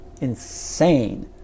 insane